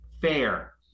fair